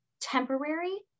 temporary